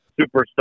superstar